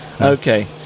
okay